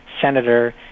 senator